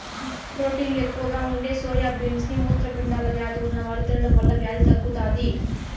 ప్రోటీన్లు ఎక్కువగా ఉండే సోయా బీన్స్ ని మూత్రపిండాల వ్యాధి ఉన్నవారు తినడం వల్ల వ్యాధి తగ్గుతాది